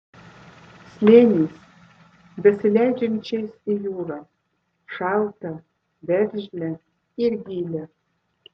slėniais besileidžiančiais į jūrą šaltą veržlią ir gilią